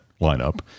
lineup